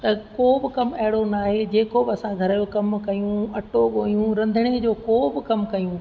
त को बि कमु अहिड़ो न आहे जेको असां घर जो कमु कयूं अटो ॻोयूं रंधिणे जो को बि कमु कयूं